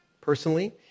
personally